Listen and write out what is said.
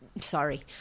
sorry